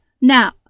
Now